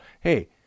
hey